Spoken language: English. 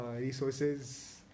resources